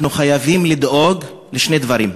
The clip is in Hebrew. אנחנו חייבים לדאוג לשני דברים: